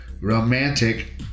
romantic